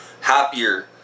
happier